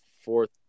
fourth